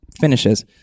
finishes